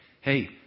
Hey